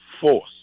force